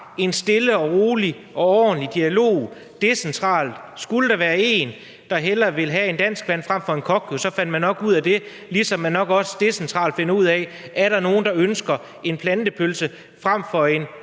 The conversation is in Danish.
en stille og rolig og ordentlig dialog decentralt. Skulle der være en, der hellere vil have en danskvand frem for en cocio, så fandt man nok ud af det, ligesom man nok også decentralt finder ud af, om der er nogen, der ønsker en plantepølse frem for en